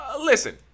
Listen